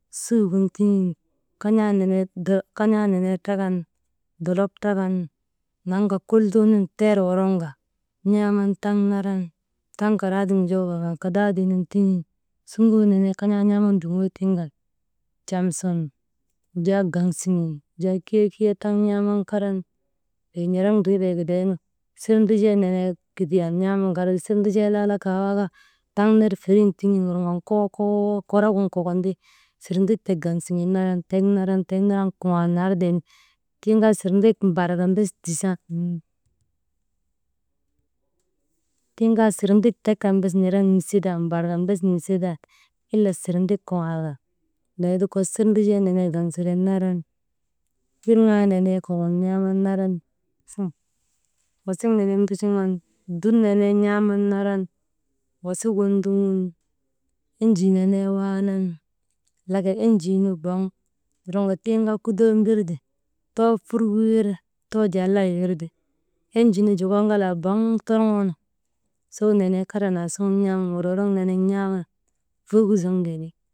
Suugin tiŋin kan̰aa nenee «hesitation» trakan, dolok trakan, naŋka kultuu nun teer woroŋka n̰aaman taŋ naran, taŋ garaatiŋ wujaa wurŋan kadaadiinun tiŋin, suŋoo nenee kan̰aa n̰aaman duŋoo tiŋ kan cam sun, wujaa gaŋ siŋen wujaa kiya, kiya, kiya taŋ n̰aaman karan wey n̰erek ndritee gidaynu, sirndijee nenee kidiyan n̰aaman karan sirndijee laala kawaka taŋ ner feriŋ tiŋin wurŋan koko, koko, korigin kokon ti sirndik tek gaŋ siŋen naran, tek naran, tek naran kuŋaal nartee ti, tiŋ kaa« hesitation» sirndik tek kan bes n̰erek nisii tan, mbar kan bes nisiitan ile kuŋaal kan neeti kok sirndijee nenee gaŋ siren naran kilŋaa nenee kokon n̰aaman naran, wasik nenek nduchuŋan dur nenee n̰aaman naran, wasik gin ndogun enjii nenee waanan, laka enjii nu boŋ toroŋka tiŋ kaa kudo mbir ti, too furgu wir ti, too jaa lay wir ti, enjii nu joko ŋalaa boŋ torŋoonu sow nenee karan aasuŋun n̰aaman worworok nenek n̰aaman furgu zoŋtee ti.